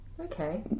okay